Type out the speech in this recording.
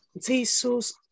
Jesus